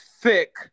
Thick